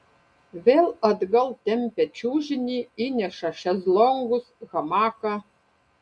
vėl atgal tempia čiužinį įneša šezlongus hamaką